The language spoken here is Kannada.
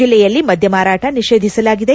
ಜಿಲ್ಲೆಯಲ್ಲಿ ಮದ್ಯ ಮಾರಾಟ ನಿಷೇಧಿಸಲಾಗಿದೆ